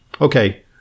okay